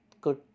good